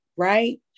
Right